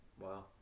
Wow